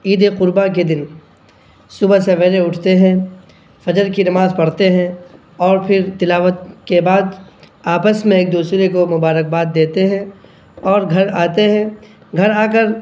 عید قرباں کے دن صبح صویرے اٹھتے ہیں فجر کی نماز پڑھتے ہیں اور پھر تلاوت کے بعد آپس میں ایک دوسرے کو مبارکباد دیتے ہیں اور گھر آتے ہیں گھر آ کر